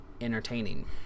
entertaining